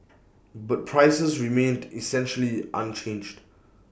but prices remained essentially unchanged